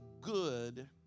good